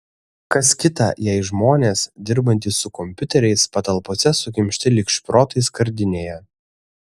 kas kita jei žmonės dirbantys su kompiuteriais patalpose sukimšti lyg šprotai skardinėje